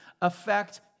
affect